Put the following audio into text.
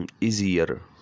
easier